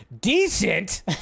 Decent